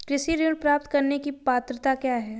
कृषि ऋण प्राप्त करने की पात्रता क्या है?